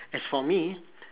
as for me